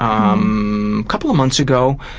um couple of months ago,